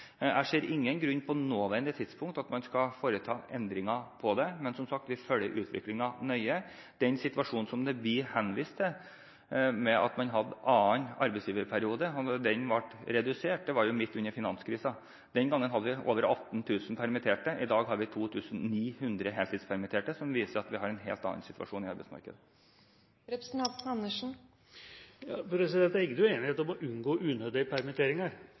Jeg ser ingen grunn til på nåværende tidspunkt at man skal foreta endringer i det, men vi følger som sagt utviklingen nøye. Den situasjonen som det blir henvist til, med at man hadde en annen arbeidsgiverperiode, og at den ble redusert, var jo midt under finanskrisen. Den gangen hadde vi over 18 000 permitterte. I dag har vi 2 900 heltidspermitterte, noe som viser at vi har en helt annen situasjon i arbeidsmarkedet. Det er ingen uenighet om å unngå unødige permitteringer,